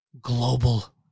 Global